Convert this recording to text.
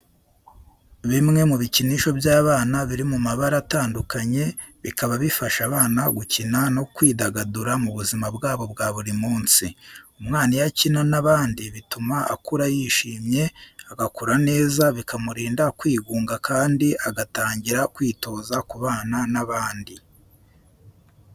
Bimwe mu bikinisho by'abana biri mu mabara atandukanye, bikaba bifasha abana gukina no kwidagadura mu buzima bwabo bwa buri munsi. Umwana iyo akina n'abandi bituma akura yishimye, agakura neza, bikamurinda kwigunga kandi agatangira kwitoza kubana n'abandi.